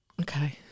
Okay